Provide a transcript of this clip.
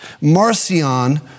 Marcion